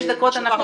טוב